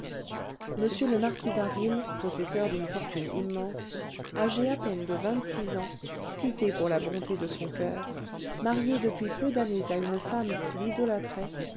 m le marquis d'harville possesseur d'une fortune immense âgé à peine de vingt-six ans cité pour la bonté de son coeur marié depuis peu d'années à une femme qu'il idolâtrait